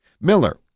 Miller